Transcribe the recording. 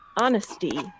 honesty